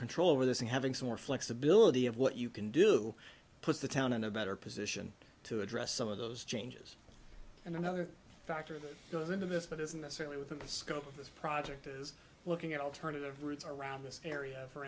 control over this and having some more flexibility of what you can do put the town in a better position to address some of those changes and another factor that goes into this but isn't necessarily within the scope of this project is looking at alternative routes around this area for